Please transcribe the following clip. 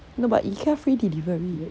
no but ikea free delivery